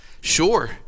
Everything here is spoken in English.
Sure